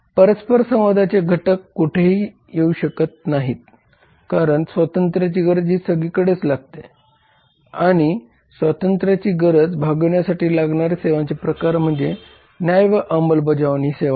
हे परसपर संवादाचे घटक कोठे ही येऊ शकतात कारण स्वातंत्र्याची गरज ही सगळीकडेच लागते आणि स्वातंत्र्याची गरज भागविण्यासाठी लागणारे सेवांचे प्रकार म्हणजे न्याय व अमलबजावणी सेवा होय